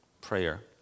Prayer